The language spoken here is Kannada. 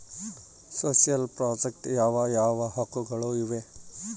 ಸೋಶಿಯಲ್ ಪ್ರಾಜೆಕ್ಟ್ ಯಾವ ಯಾವ ಹಕ್ಕುಗಳು ಇವೆ?